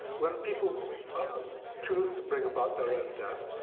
when people choose to bring about their own death,